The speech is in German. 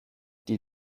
die